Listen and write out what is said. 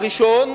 הראשון,